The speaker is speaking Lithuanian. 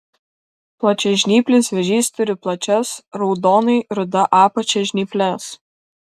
plačiažnyplis vėžys turi plačias raudonai ruda apačia žnyples